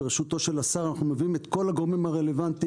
ברשותו של השר אנחנו מביאים את כל הגורמים הרלוונטיים.